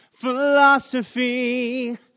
philosophy